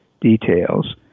details